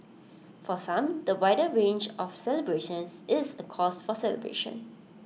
for some the wider range of celebrations is A cause for celebration